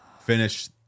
finish